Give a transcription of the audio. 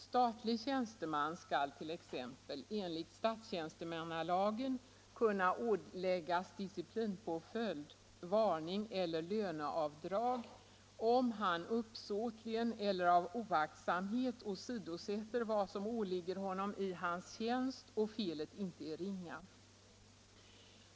Statlig tjänsteman skall t.ex. enligt statstjänstemannalagen kunna åläggas disciplinpåföljd — varning eller löneavdrag - om han uppsåtligen eller av oaktsamhet åsidosätter vad som åligger honom i hans tjänst och felet inte är ringa.